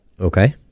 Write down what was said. Okay